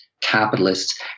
capitalists